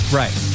right